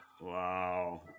Wow